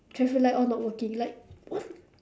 traffic light all not working like what